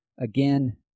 Again